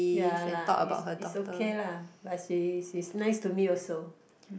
ya lah it's it's okay lah but she's she's nice to me also